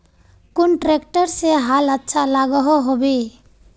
कुन ट्रैक्टर से हाल अच्छा लागोहो होबे?